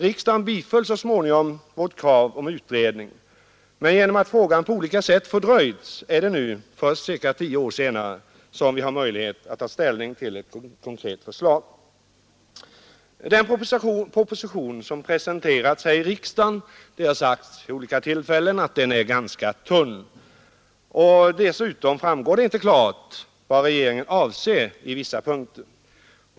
Riksdagen biföll så småningom vårt krav på utredning, men genom att frågan på olika sätt fördröjts är det först nu, cirka tio år senare, som vi har möjlighet att ta ställning till ett konkret förslag. Det har sagts vid olika tillfällen att den proposition som nu presenterats här i riksdagen är ganska tunn. Dessutom framgår det inte klart vad regeringen avser på vissa punkter.